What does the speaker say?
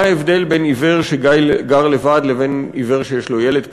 מה ההבדל בין עיוור שגר לבד לבין עיוור שיש לו ילד קטן?